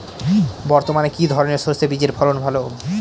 বর্তমানে কি ধরনের সরষে বীজের ফলন ভালো?